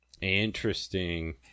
Interesting